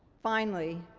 finally,